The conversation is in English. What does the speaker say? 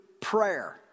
prayer